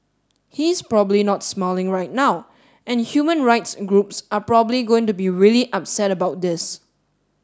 he's probably not smiling right now and human rights groups are probably going to be really upset about this